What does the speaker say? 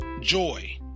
joy